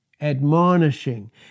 admonishing